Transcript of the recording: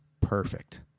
perfect